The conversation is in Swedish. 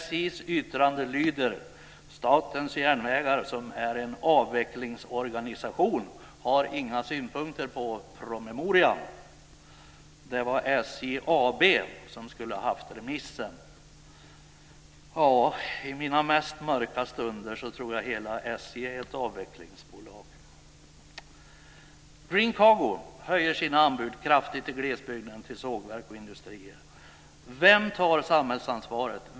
SJ:s yttrande lyder: Statens järnvägar, som är en avvecklingsorganisation, har inga synpunkter på promemorian. Det var SJ AB som skulle ha haft remissen. I mina mest mörka stunder tror jag att hela SJ är ett avvecklingsbolag. Green Cargo höjer sina anbud kraftigt i glesbygden till sågverk och industrier. Vem tar samhällsansvaret?